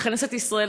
בכנסת ישראל,